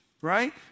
right